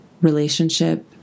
relationship